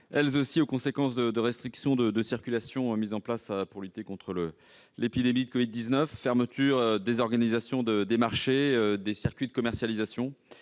elles aussi, aux conséquences des restrictions de circulation mises en place pour lutter contre l'épidémie de covid-19 : fermeture ou désorganisation des marchés et des circuits de commercialisation.